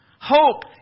Hope